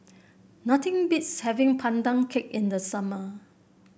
nothing beats having Pandan Cake in the summer